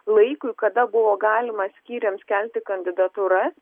laikui kada buvo galima skyriams kelti kandidatūras